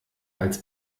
als